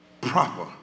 proper